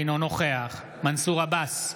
אינו נוכח מנסור עבאס,